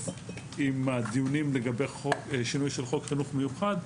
עם הדיונים לגבי שינוי של חוק חינוך מיוחד,